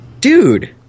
dude